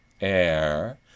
air